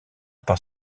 par